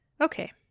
Okay